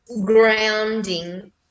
grounding